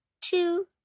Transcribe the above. Two